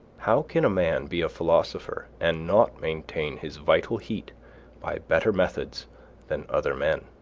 how can a man be a philosopher and not maintain his vital heat by better methods than other men?